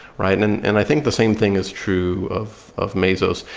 right? and and i think the same thing is true of of mesos.